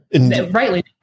Rightly